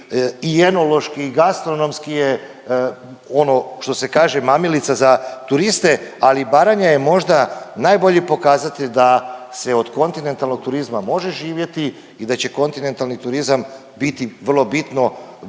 i enološki i gastronomski je ono što se kaže mamilica za turiste, ali Baranja je možda najbolji pokazatelj da se od kontinentalnog turizma može živjeti i da će kontinentalni turizam biti vrlo bitno